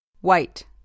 White